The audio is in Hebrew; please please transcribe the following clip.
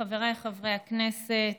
חבריי חברי הכנסת,